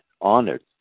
honored